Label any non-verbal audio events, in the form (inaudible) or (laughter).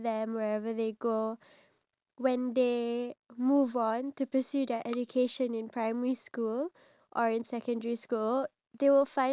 technology that they're using they feel comfortable talking on and interacting with the technology itself like for example (breath) commenting